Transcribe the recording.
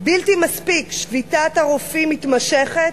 שביתת הרופאים מתמשכת,